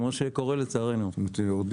להרבה